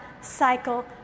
cycle